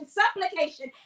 supplication